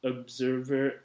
Observer